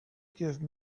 give